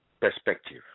perspective